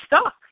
stuck